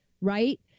right